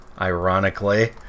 ironically